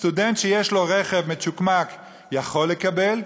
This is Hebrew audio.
סטודנט שיש לו רכב מצ'וקמק יכול לקבל,